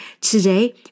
Today